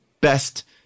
best